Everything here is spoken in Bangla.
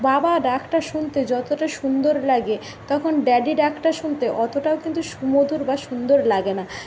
বাবা ডাকটা শুনতে যতটা সুন্দর লাগে তখন ড্যাডি ডাকটা শুনতে অতটাও কিন্তু সুমধুর বা সুন্দর লাগে না